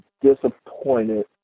disappointed